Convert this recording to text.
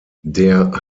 der